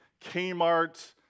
Kmart